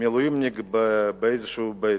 מילואמניק באיזה בית-עסק.